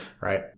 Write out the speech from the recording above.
right